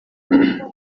aya